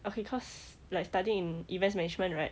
okay cause like studying in events management right